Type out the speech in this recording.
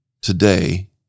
today